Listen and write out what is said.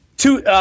Two